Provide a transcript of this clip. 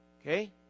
Okay